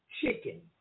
chicken